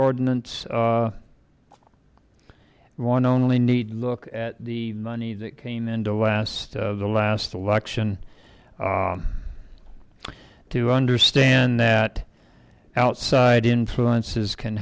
ordinance one only need look at the money that came into west of the last election to understand that outside influences can